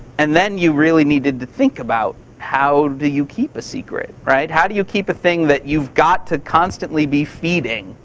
and then you really needed to think about how do you keep a secret? how do you keep a thing that you've got to constantly be feeding?